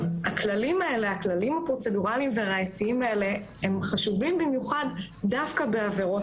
הכללים הפרוצדורליים והראייתיים האלה חשובים במיוחד דווקא בעבירות